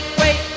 wait